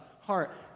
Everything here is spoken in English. heart